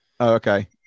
Okay